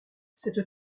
cette